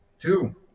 two